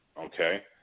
Okay